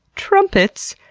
trumpets,